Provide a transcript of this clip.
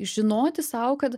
žinoti sau kad